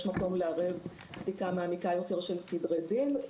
מקום לערב בדיקה מעמיקה יותר של סדרי דין.